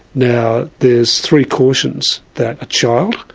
now there's three cautions that a child,